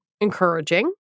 encouraging